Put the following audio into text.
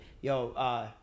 Yo